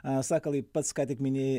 a sakalai pats ką tik minėjai